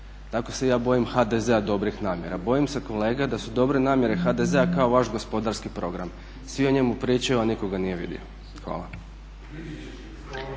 tako se i ja bojim HDZ-a, dobrih namjera. Bojim se kolega da su dobre namjere HDZ-a kao vaš gospodarski program. Svi o njemu pričaju, a nitko ga nije vidio. Hvala.